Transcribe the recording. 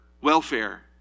welfare